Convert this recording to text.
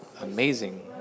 amazing